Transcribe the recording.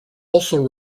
also